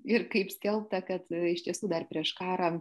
ir kaip skelbta kad iš tiesų dar prieš karą